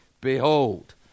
Behold